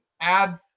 add